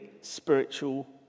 spiritual